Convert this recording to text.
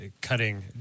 cutting